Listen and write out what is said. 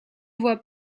voient